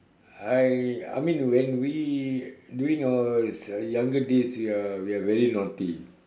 I I mean when we during our younger days we are we are very naughty